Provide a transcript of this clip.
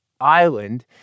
island